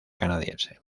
canadiense